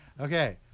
Okay